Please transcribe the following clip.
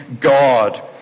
God